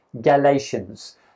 Galatians